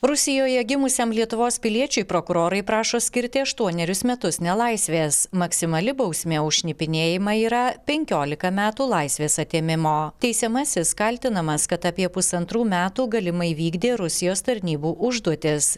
rusijoje gimusiam lietuvos piliečiui prokurorai prašo skirti aštuonerius metus nelaisvės maksimali bausmė už šnipinėjimą yra penkiolika metų laisvės atėmimo teisiamasis kaltinamas kad apie pusantrų metų galimai vykdė rusijos tarnybų užduotis